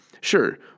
sure